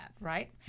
right